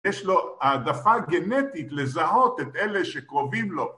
יש לו העדפה גנטית לזהות את אלה שקרובים לו